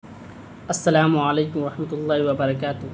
السلام علیکم ورحمتہ اللہ وبرکاتہ